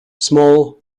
small